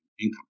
income